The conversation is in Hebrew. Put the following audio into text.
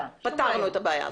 פתרנו את הבעיה הזאת.